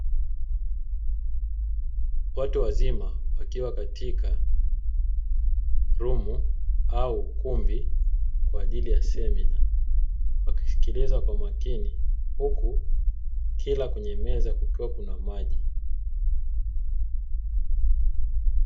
Watu wazima wakiwa katika rumu au ukumbi kwa ajili ya semina wakisikiliza kwa makini huku kila kwenye meza kukiwa kuna maji.